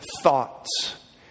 thoughts